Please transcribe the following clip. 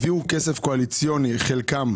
הביאו כסף קואליציוני חלקו